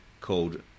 called